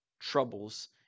troubles